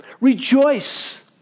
Rejoice